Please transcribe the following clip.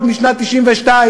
עוד משנת 1992,